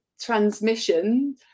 transmission